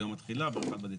כלומר, ביום התחילה ב-1 בדצמבר.